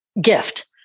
gift